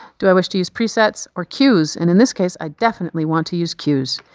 do i wish to use presets or cues? and in this case, i definitely want to use cues.